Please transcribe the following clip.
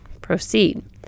proceed